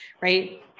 Right